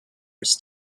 his